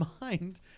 mind